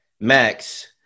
max